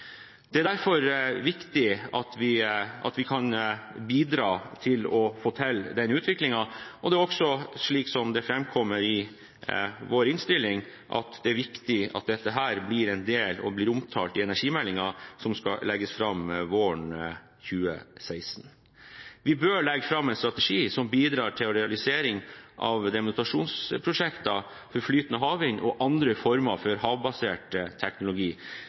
Det er derfor viktig at vi kan bidra til å få til den utviklingen. Det er også slik som det framkommer i vår innstilling, at det er viktig at dette blir en del av, og blir omtalt i, energimeldingen som skal legges fram våren 2016. Vi bør legge fram en strategi som bidrar til realisering av demonstrasjonsprosjekter for flytende havvind og andre former for havbasert teknologi.